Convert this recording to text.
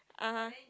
(uh huh)